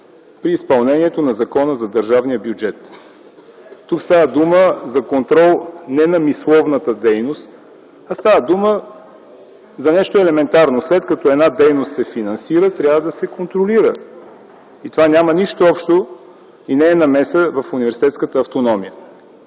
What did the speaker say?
при изпълнението на Закона за държавния бюджет. Тук става дума за контрол не на мисловната дейност, а става дума за нещо елементарно – след като една дейност се финансира, трябва да се контролира и това няма нищо общо, и не е намеса в университетската автономия.